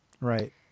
right